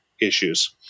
issues